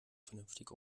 vernünftig